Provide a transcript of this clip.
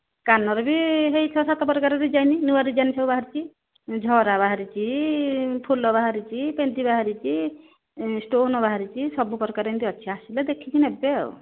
କାନରେ ବି ସେଇ ଛଅ ସାତ ପ୍ରକାର ଡିଜାଇନ୍ ନୂଆ ଡିଜାଇନ୍ ସବୁ ବାହାରିଛି ଝରା ବାହାରିଛି ଫୁଲ ବାହାରିଛି ପେନ୍ଥି ବାହାରିଛି ଷ୍ଟୋନ୍ ବାହାରିଛି ସବୁ ପ୍ରକାର ଏମିତି ଅଛି ଆସିଲେ ଦେଖିକି ନେବେ ଆଉ